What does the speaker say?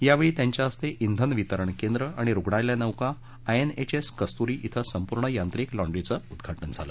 यावेळी त्यांच्याहस्ते इंधन वितरण केंद्र आणि रुग्णालय नौका आयएनएचएस कस्तूरी इथं संपूर्ण यांत्रिक लॉण्ड्रीचं उद्घाजि झालं